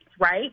right